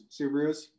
Subarus